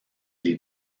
les